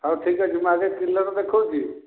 ହଉ ଠିକ୍ ଅଛି ମୁଁ ଆଗେ କିଲର୍ ଦେଖାଉଛି